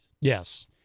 Yes